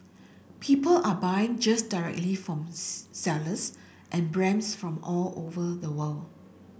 people are buying just directly from sellers and brands from all over the world